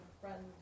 friends